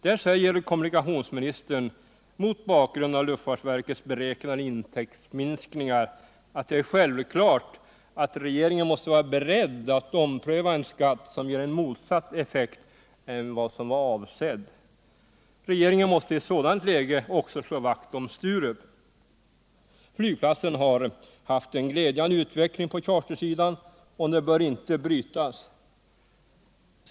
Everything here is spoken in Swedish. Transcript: Där säger kommunikationsministern mot bakgrund av luftfartsverkets beräknade intäktsminskningar, att det är självklart att regeringen måste vara beredd att ompröva en skatt som ger en motsatt effekt än den som var avsedd. Regeringen måste i ett sådant läge också slå vakt om Sturup. Flygplatsen har haft en glädjande utveckling på chartersidan, och den bör inte brytas.